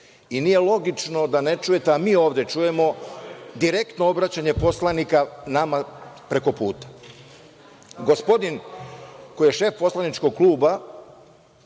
i nije logično da ne čujete, a mi ovde čujemo direktno obraćanje poslanika nama prekoputa.